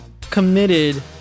committed